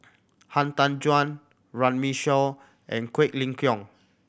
Han Tan Juan Runme Shaw and Quek Ling Kiong